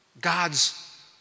God's